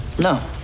No